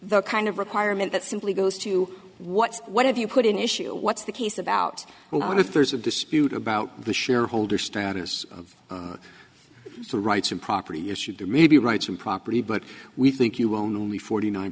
the kind of requirement that simply goes to what's what have you put in issue what's the case about if there's a dispute about the shareholder status of the rights and property issue there may be rights and property but we think you only forty nine